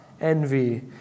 envy